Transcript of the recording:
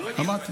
אמרתי.